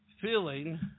feeling